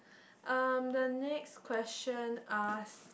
um the next question ask